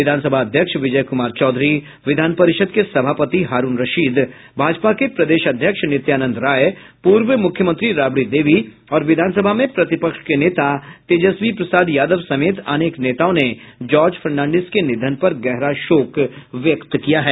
विधान सभा अध्यक्ष विजय कुमार चौधरी विधान परिषद् के सभापति हारूण रशीद भाजपा के प्रदेश अध्यक्ष नित्यानंद राय पूर्व मुख्यमंत्री राबड़ी देवी और विधान सभा में प्रतिपक्ष के नेता तेजस्वी प्रसाद यादव समेत अनेक नेताओं ने जार्ज फर्नांडिस के निधन पर गहरा शोक व्यक्त किया है